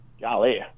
golly